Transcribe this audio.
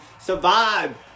Survive